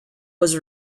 was